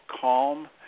calm